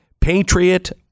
Patriot